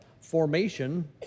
formation